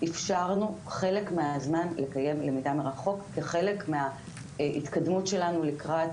אפשרנו חלק מהזמן לקיים למידה מרחוק כחלק מההתקדמות שלנו לקראת